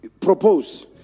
propose